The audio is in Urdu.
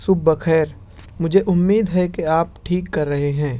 صبح بخیر مجھے امید ہے کہ آپ ٹھیک کر رہے ہیں